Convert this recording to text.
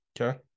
Okay